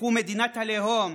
בתחום מדינת הלאום,